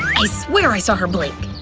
i swear i saw her blink!